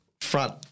Front